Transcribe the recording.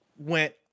went